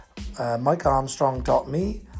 mikearmstrong.me